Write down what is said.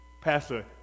pastor